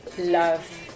love